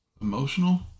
Emotional